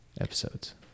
episodes